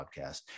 podcast